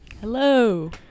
Hello